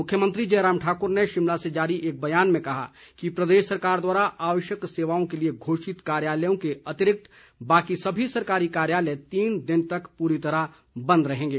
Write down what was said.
मुख्यमंत्री जयराम ठाक्र ने शिमला से जारी एक बयान में कहा कि प्रदेश सरकार द्वारा आवश्यक सेवाओं के लिए घोषित कार्यालयों के अतिरिक्त बाकी सभी सरकारी कार्यालय तीन दिनों तक पूरी तरह बंद रहेंगे